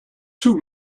two